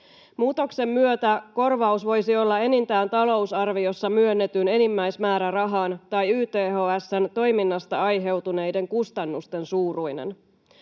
Muutoksen myötä korvaus voisi olla enintään talousarviossa myönnetyn enimmäismäärärahan tai YTHS:n toiminnasta aiheutuneiden kustannusten suuruinen.